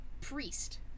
Priest